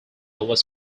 was